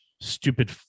Stupid